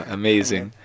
amazing